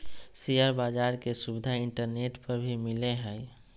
share बाज़ार के सुविधा इंटरनेट पर भी मिलय हइ